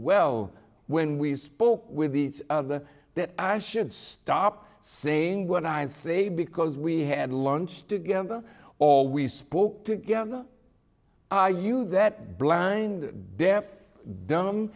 well when we spoke with each other that i should stop saying what i say because we had lunch together always spoke together are you that blind deaf dumb